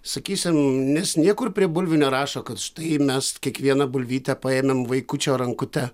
sakysim nes niekur prie bulvių nerašo kad štai mes kiekvieną bulvytę paėmėm vaikučio rankute